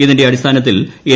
ഇതിന്റെ അടിസ്ഥാനത്തിൽ എൻ